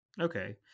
Okay